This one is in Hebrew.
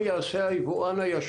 זה יגיע לאישור הוועדה.